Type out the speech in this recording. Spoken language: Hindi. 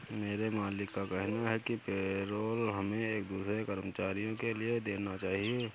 मेरे मालिक का कहना है कि पेरोल हमें एक दूसरे कर्मचारियों के लिए देना चाहिए